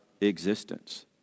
existence